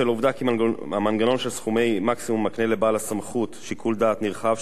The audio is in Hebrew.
בשל העובדה שהמנגנון של סכומי מקסימום מקנה לבעל הסמכות שיקול דעת נרחב,